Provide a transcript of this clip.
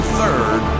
third